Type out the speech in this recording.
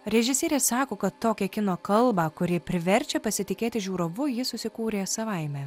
režisierė sako kad tokią kino kalbą kuri priverčia pasitikėti žiūrovu ji susikūrė savaime